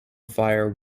fire